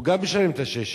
הוא גם משלם את ה-6.60,